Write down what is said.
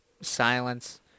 Silence